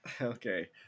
okay